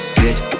bitch